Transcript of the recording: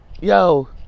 yo